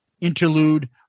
interlude